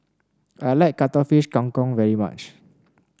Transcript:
I like Cuttlefish Kang Kong very much